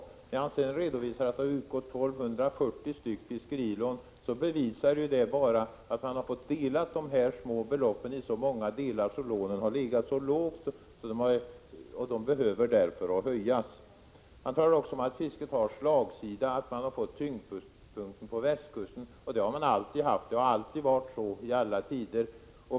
När Kaj Larsson sedan redovisar att det har utgått 1 240 fiskerilån, bevisar han ju bara att man har fått dela de små beloppen i så många delar att lånen har legat så lågt att de behöver höjas. Han talar också om att fisket har slagsida och att det har fått tyngdpunkten på västkusten. Men så har det alltid varit, i alla tider.